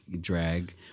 drag